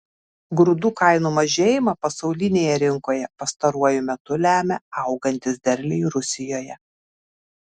grūdų kainų mažėjimą pasaulinėje rinkoje pastaruoju metu lemia augantys derliai rusijoje